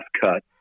cut